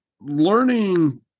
learning